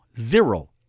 Zero